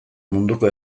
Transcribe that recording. munduko